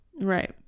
Right